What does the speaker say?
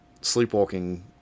sleepwalking